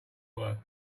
were